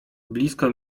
blisko